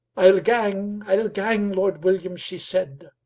i'll gang, i'll gang, lord william, she said,